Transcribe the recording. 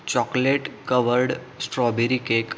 chocolate covered strawberry cake